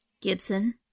Gibson